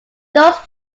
those